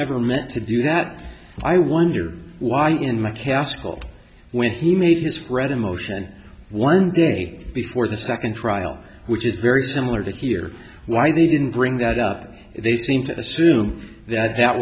ever meant to do that i wonder why in mccaskill when he made his friend in motion one day before the second trial which is very similar to here why they didn't bring that up they seem to assume that that